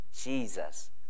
Jesus